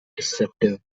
deceptive